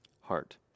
Heart